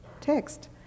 text